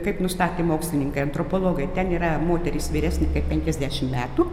kaip nustatė mokslininkai antropologai ten yra moteris vyresnė kaip penkiasdešimt metų